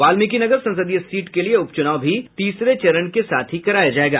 वाल्मीकिनगर संसदीय सीट के लिए उपचुनाव भी तीसरे चरण के साथ ही कराया जायेगा